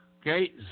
Okay